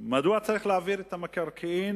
מדוע צריך להעביר את המקרקעין